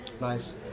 Nice